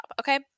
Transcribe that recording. Okay